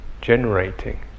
generating